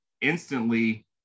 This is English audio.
instantly